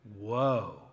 Whoa